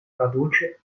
cadeautje